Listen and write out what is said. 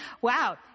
Wow